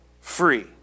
free